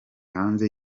hanze